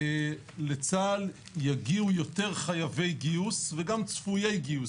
לצה"ל יגיעו יותר חייבי גיוס וגם צפויי גיוס,